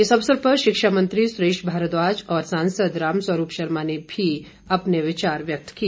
इस अवसर पर शिक्षा मंत्री सुरेश भारद्वाज और सांसद रामस्वरूप शर्मा ने भी इस मौके अपने विचार व्यक्त किए